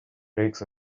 flakes